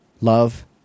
love